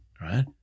right